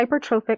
hypertrophic